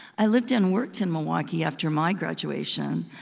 i lived and worked in milwaukee after my graduation,